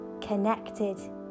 connected